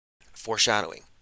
Foreshadowing